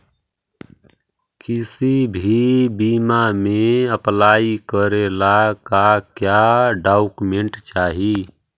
किसी भी बीमा में अप्लाई करे ला का क्या डॉक्यूमेंट चाही?